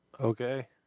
Okay